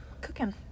cooking